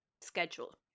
schedule